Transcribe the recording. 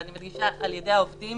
ואני מדגישה: על-ידי העובדים